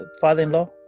father-in-law